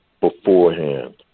beforehand